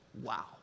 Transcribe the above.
wow